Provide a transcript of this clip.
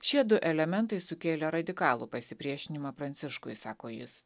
šie du elementai sukėlė radikalų pasipriešinimą pranciškui sako jis